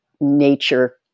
nature